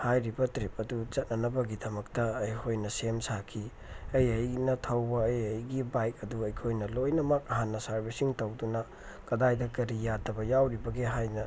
ꯍꯥꯏꯔꯤꯕ ꯇ꯭ꯔꯤꯞ ꯑꯗꯨ ꯆꯠꯅꯅꯕꯒꯤꯗꯃꯛꯇ ꯑꯩꯈꯣꯏꯅ ꯁꯦꯝ ꯁꯥꯈꯤ ꯑꯩ ꯑꯩꯅ ꯊꯧꯕ ꯑꯩ ꯑꯩꯒꯤ ꯕꯥꯏꯛ ꯑꯗꯨ ꯑꯩꯈꯣꯏꯅ ꯂꯣꯏꯅꯃꯛ ꯍꯥꯟꯅ ꯁꯥꯔꯕꯤꯁꯤꯡ ꯇꯧꯗꯨꯅ ꯀꯗꯥꯏꯗ ꯀꯔꯤ ꯌꯥꯗꯕ ꯌꯥꯎꯔꯤꯕꯒꯦ ꯍꯥꯏꯅ